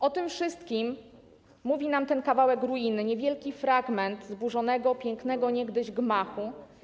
O tym wszystkim mówi nam ten kawałek ruiny, niewielki fragment zburzonego, pięknego niegdyś, gmachu.